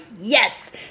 yes